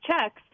checks